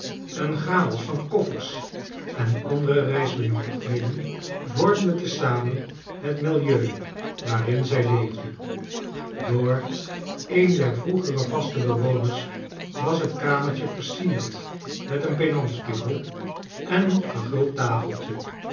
een chaos van koffers en andere reisbenoodigdheden vormden te zamen het milieu waarin zij leefde door een der vroegere vaste bewoners was het kamertje versierd met een penantspiegel en een verguld tafeltje